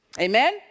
Amen